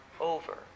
over